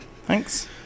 Thanks